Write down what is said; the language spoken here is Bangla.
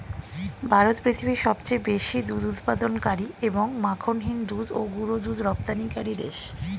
ভারত পৃথিবীর সবচেয়ে বেশি দুধ উৎপাদনকারী এবং মাখনহীন দুধ ও গুঁড়ো দুধ রপ্তানিকারী দেশ